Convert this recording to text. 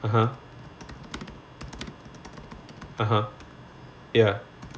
(uh huh) (uh huh) ya